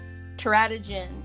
teratogen